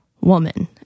woman